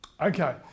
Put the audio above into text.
Okay